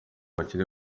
bakiri